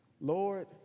Lord